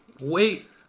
wait